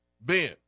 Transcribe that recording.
Ben